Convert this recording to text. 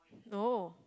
no